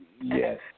Yes